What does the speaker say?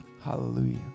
Hallelujah